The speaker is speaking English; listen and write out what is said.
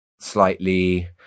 slightly